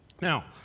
Now